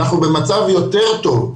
אנחנו במצב יותר טוב.